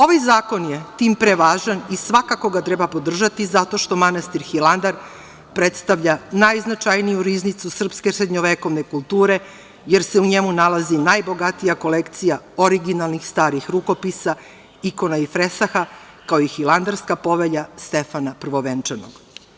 Ovaj zakon je tim pre važan i svakako ga treba podržati zato što manastir Hilandar predstavlja najznačajniju riznicu srpske srednjovekovne kulture, jer se u njemu nalazi najbogatija kolekcija originalnih starih rukopisa, ikona i fresaka, kao i Hilandarska povelja Stefana Prvovenčanog.